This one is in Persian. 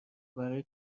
برای